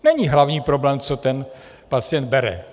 Není hlavní problém, co ten pacient bere.